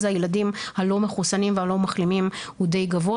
הילדים הלא מחוסנים והלא מחלימים הוא די גבוה.